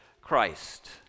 Christ